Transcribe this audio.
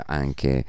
anche